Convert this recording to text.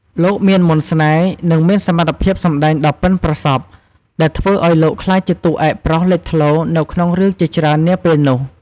លោកមានមន្តស្នេហ៍ និងសមត្ថភាពសម្តែងដ៏ប៉ិនប្រសប់ ដែលធ្វើឱ្យលោកក្លាយជាតួឯកប្រុសលេចធ្លោនៅក្នុងរឿងជាច្រើននាពេលនោះ។